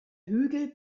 hügel